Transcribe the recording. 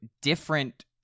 different